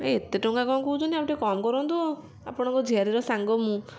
ଏ ଏତେ ଟଙ୍କା କ'ଣ କହୁଛନ୍ତି ଆଉ ଟିକେ କମ୍ କରନ୍ତୁ ଆପଣଙ୍କ ଝିଆରୀର ସାଙ୍ଗ ମୁଁ